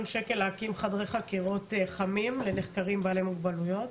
שקל להקים חדרי חקירות חמים לנחקרים בעלי מוגבלויות?